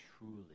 truly